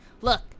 look